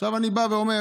עכשיו אני בא ואומר: